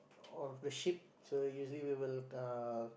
off the ship so usually we will uh